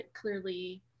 clearly